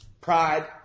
pride